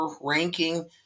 ranking